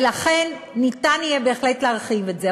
ולכן, ניתן יהיה בהחלט להרחיב את זה.